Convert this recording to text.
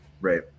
Right